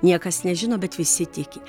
niekas nežino bet visi tiki